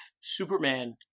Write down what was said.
Superman